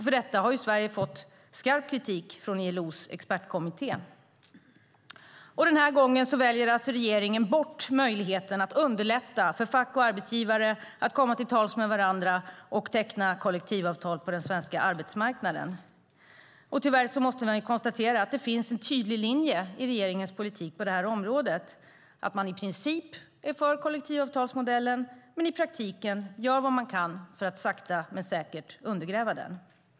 För detta har Sverige fått skarp kritik från ILO:s expertkommitté. Den här gången väljer regeringen bort möjligheten att underlätta för fack och arbetsgivare att komma till tals med varandra och teckna kollektivavtal på den svenska arbetsmarknaden. Tyvärr måste man konstatera att det finns en tydlig linje i regeringens politik på det här området. I princip är man för kollektivavtalsmodellen, men i praktiken gör man vad man kan för att sakta men säkert undergräva den.